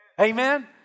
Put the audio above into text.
Amen